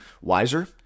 wiser